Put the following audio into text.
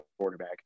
quarterback